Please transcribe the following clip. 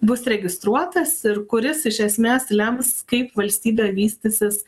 bus registruotas ir kuris iš esmės lems kaip valstybė vystysis